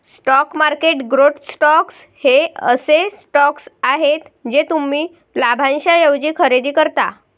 stock market growth stocks हे असे stocks आहेत जे तुम्ही लाभांशाऐवजी खरेदी करता